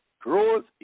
grows